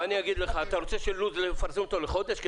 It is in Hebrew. אתה רוצה שאת הלו"ז יפרסמו אותו לחודש,